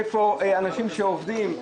איפה אנשים שעובדים?